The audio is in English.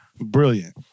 Brilliant